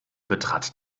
betrat